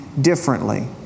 differently